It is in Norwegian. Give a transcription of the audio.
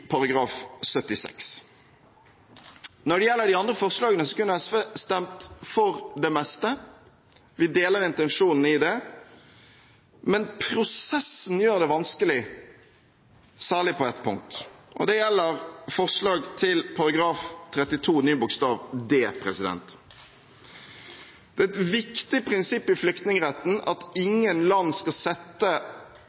76. Når det gjelder de andre forslagene, kunne SV stemt for det meste – vi deler intensjonen i dem – men prosessen gjør det vanskelig, særlig på ett punkt. Det gjelder forslag til endringer i § 32 første ledd bokstav d. Det er et viktig prinsipp i flyktningretten at ingen land skal sette